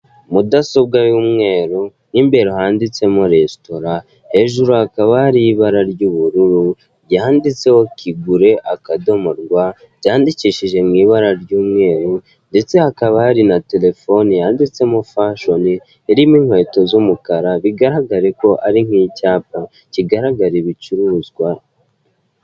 Mudasobwa y'umweru, mo imbere handitsemo resitora, hejuru hakaba hari ibara ry'ubururu, ryanditseho kigure, akadomo, rwa, byandikishije mu ibara ry'umweru, ndetse hakaba hari na telefone yanditsemo fashoni, irimo inkweto z'umukara, bigaragare ko ari nk'icyapa kigaragara ibicuruzwa.